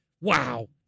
Wow